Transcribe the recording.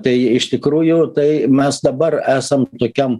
tai iš tikrųjų tai mes dabar esam tokiam